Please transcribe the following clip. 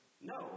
no